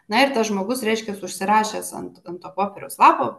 na ir tas žmogus reiškias užsirašęs ant ant to popieriaus lapo